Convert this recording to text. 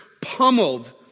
pummeled